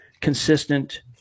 consistent